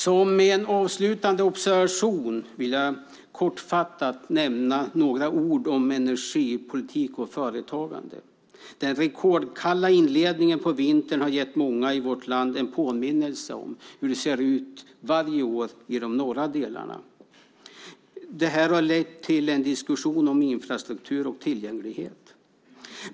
Som en avslutande observation ska jag kortfattat nämna några ord om energipolitik och företagande. Den rekordkalla inledningen på vintern har gett många i vårt land en påminnelse om hur det ser ut varje år i de norra delarna. Detta har lett till en diskussion om infrastruktur och tillgänglighet.